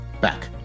back